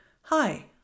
Hi